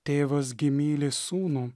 tėvas gi myli sūnų